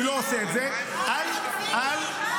אני לא עושה את זה --- כמה נוח.